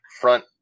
front